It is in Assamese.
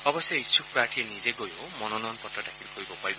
অৱশ্যে ইচ্ছুক প্ৰাৰ্থীয়ে নিজে গৈয়ো মনোনয়ন পত্ৰ দাখিল কৰিব পাৰিব